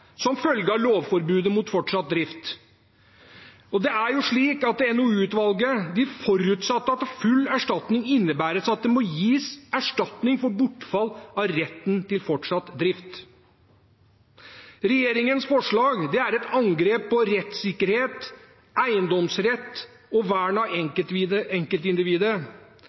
som følge av lovforbudet mot fortsatt drift. Det er jo slik at NOU-utvalget forutsatte at full erstatning innebærer at det må gis erstatning for bortfall av retten til fortsatt drift. Regjeringens forslag er et angrep på rettssikkerhet, eiendomsrett og vern av